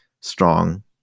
strong